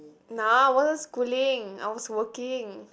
now wasn't schooling I was working